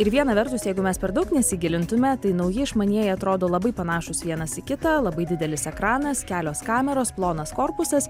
ir viena vertus jeigu mes per daug nesigilintume tai nauji išmanieji atrodo labai panašūs vienas į kitą labai didelis ekranas kelios kameros plonas korpusas